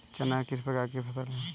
चना किस प्रकार की फसल है?